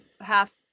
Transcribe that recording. half